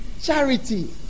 Charity